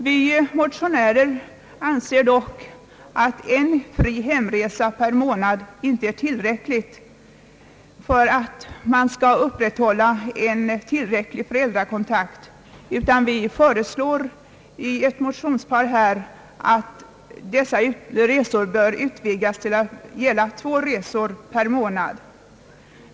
Vi motionärer anser att en enda fri hemresa per månad inte är tillräckligt för att en verkligt god föräldrakontakt skall kunna upprätthållas, utan vi föreslår i ett motionspar att denna rätt bör utvidgas till att gälla två resor per månad.